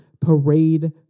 Parade